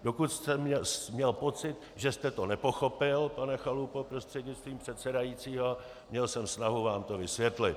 Dokud jsem měl pocit, že jste to nepochopil, pane Chalupo prostřednictvím předsedajícího, měl jsem snahu vám to vysvětlit.